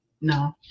No